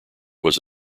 was